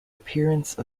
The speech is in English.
appearance